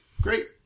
Great